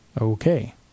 Okay